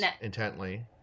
intently